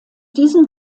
diesem